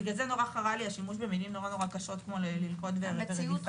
בגלל זה מאוד חרה לי השימוש במילים נורא קשות כמו "ללכוד" ו"רדיפה".